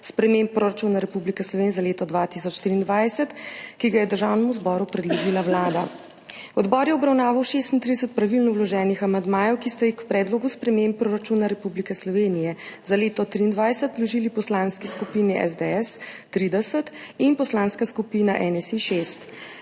sprememb proračuna Republike Slovenije za leto 2023, ki ga je Državnemu zboru predložila Vlada. Odbor je obravnaval 36 pravilno vloženih amandmajev, ki sta jih k Predlogu sprememb proračuna Republike Slovenije za leto 2023 vložili poslanski skupini, SDS 30 in Poslanska skupina NSi